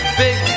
big